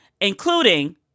including